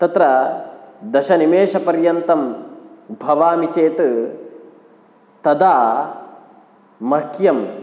तत्र दशनिमेषपर्यन्तं भवामि चेत् तदा मह्यं